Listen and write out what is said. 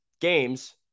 games